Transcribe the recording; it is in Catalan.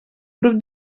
grup